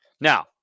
Now